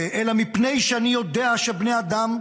אלא מפני שאני יודע שבני אדם,